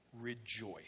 rejoice